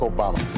Obama